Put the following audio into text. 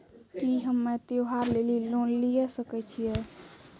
की हम्मय त्योहार लेली लोन लिये सकय छियै?